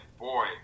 boy